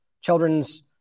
children's